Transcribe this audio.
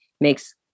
makes